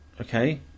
okay